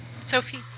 Sophie